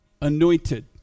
anointed